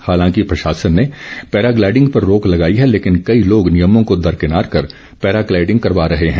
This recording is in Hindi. हालांकि प्रशासन ने पैराग्लाइडिंग पर रोक लगाई है लेकिन कई लोग नियमों को दरकिनार कर पैराग्लाइडिंग करवा रहे हैं